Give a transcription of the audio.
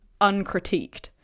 uncritiqued